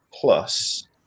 plus